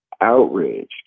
outraged